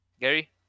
Gary